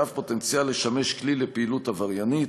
ואף פוטנציאל לשמש כלי לפעילות עבריינית.